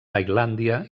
tailàndia